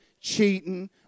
cheating